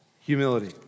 humility